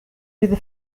with